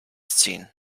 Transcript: ziehen